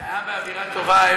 זה היה באווירה טובה.